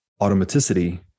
automaticity